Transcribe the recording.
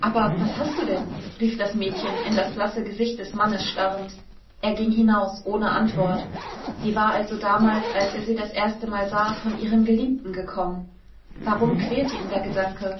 aber was hast du denn rief das mädchen in das blasse gesicht des mannes starrend er ging hinaus ohne antwort sie war also damals als er sie das erstemal sah von ihrem geliebten gekommen warum quälte ihn der gedanke